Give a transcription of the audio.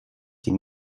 die